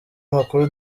makuru